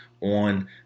on